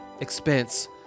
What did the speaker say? expense